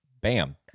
bam